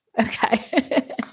Okay